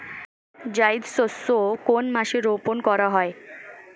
জায়িদ শস্য কোন মাসে রোপণ করা হয়?